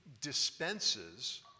dispenses